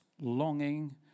longing